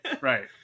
right